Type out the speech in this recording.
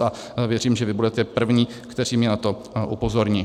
A věřím, že vy budete první, kteří mě na to upozorní.